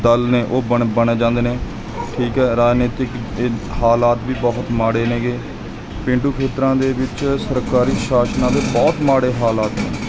ਦਲ ਨੇ ਉਹ ਬਣ ਬਣ ਜਾਂਦੇ ਨੇ ਠੀਕ ਹੈ ਰਾਜਨੀਤਿਕ ਹਾਲਾਤ ਵੀ ਬਹੁਤ ਮਾੜੇ ਹੈਗੇ ਪੇਂਡੂ ਖੇਤਰਾਂ ਦੇ ਵਿੱਚ ਸਰਕਾਰੀ ਸ਼ਾਸਨਾਂ ਦੇ ਬਹੁਤ ਮਾੜੇ ਹਾਲਾਤ ਨੇ